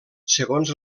segons